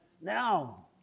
Now